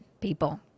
people